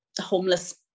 homeless